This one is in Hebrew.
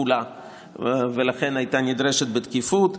ולכן הייתה נדרשת בדחיפות.